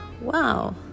wow